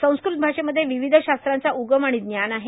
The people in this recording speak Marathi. संस्कृत भाषेमध्ये विविध शास्त्रांचा उगम आणि ज्ञान आहे